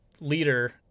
leader